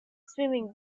swimming